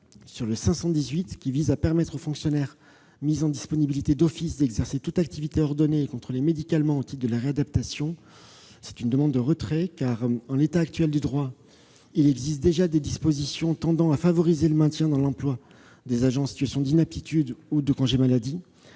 n° 518, qui vise à permettre aux fonctionnaires mis en disponibilité d'office d'exercer toute activité ordonnée et contrôlée médicalement au titre de la réadaptation, car il existe déjà dans notre droit des dispositions tendant à favoriser le maintien dans l'emploi des agents en situation d'inaptitude ou de congé maladie.